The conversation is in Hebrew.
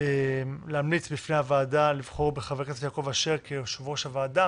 ולהמליץ בפני הוועדה לבחור בחבר הכנסת יעקב אשר כיושב-ראש הוועדה.